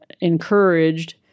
encouraged